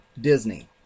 Disney